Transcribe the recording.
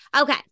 Okay